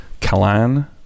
Kalan